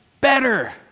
better